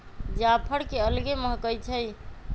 जाफर के अलगे महकइ छइ